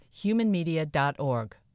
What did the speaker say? humanmedia.org